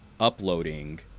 uploading